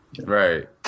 Right